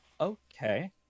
okay